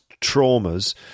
traumas